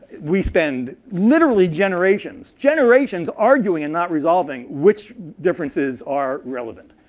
we spend literally generations, generations arguing and not resolving which differences are relevant.